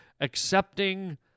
accepting